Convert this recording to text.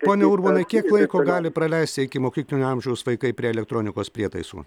pone urbonai kiek laiko gali praleisti ikimokyklinio amžiaus vaikai prie elektronikos prietaisų